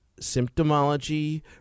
symptomology